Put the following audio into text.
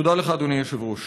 תודה לך, אדוני היושב-ראש.